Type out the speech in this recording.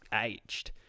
aged